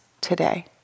today